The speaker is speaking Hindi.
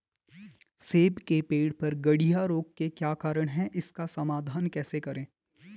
सेब के पेड़ पर गढ़िया रोग के क्या कारण हैं इसका समाधान कैसे करें?